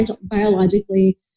biologically